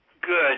good